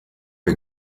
wir